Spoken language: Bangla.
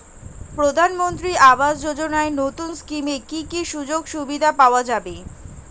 প্রধানমন্ত্রী আবাস যোজনা নতুন স্কিমে কি কি সুযোগ সুবিধা পাওয়া যাবে?